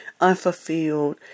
Unfulfilled